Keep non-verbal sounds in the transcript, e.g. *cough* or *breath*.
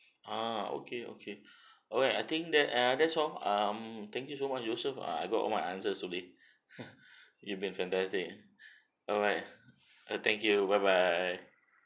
ah okay okay *breath* alright I think that uh that's all um thank you so much joseph uh I got all my answers already *laughs* you been fantastic alright uh thank you bye bye